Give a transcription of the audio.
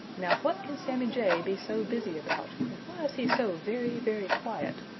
now what can sammy jay be so busy about, and why is he so very, very quiet?